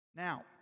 Now